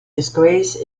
disgrace